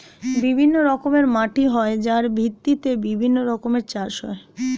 বিভিন্ন রকমের মাটি হয় যার ভিত্তিতে বিভিন্ন রকমের চাষ হয়